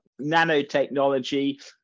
nanotechnology